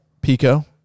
Pico